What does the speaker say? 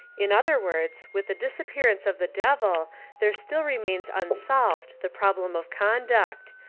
in other words, with the disappearance of the devil there still remains unsolved the prob lem of conduct,